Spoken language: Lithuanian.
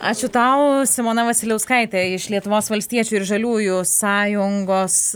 ačiū tau simona vasiliauskaitė iš lietuvos valstiečių ir žaliųjų sąjungos